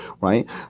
Right